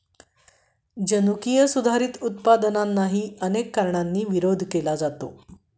जनुकीय सुधारित उत्पादनांनाही अनेक कारणांनी विरोध केला जातो